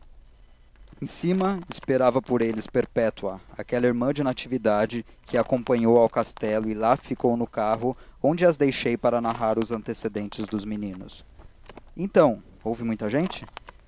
em cima esperava por eles perpétua aquela irmã de natividade que a acompanhou ao castelo e lá ficou no carro onde as deixei para narrar os antecedentes dos meninos então houve muita gente